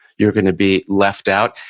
you're going to be left out.